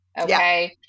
okay